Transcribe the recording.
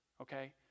okay